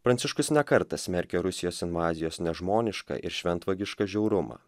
pranciškus ne kartą smerkė rusijos invazijos nežmonišką ir šventvagišką žiaurumą